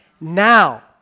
Now